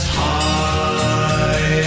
high